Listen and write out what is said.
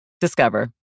Discover